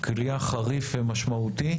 כליאה חריף ומשמעותי,